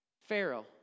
Pharaoh